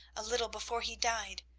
a little before he died,